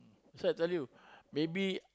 that's why I tell you maybe